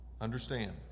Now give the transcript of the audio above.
understand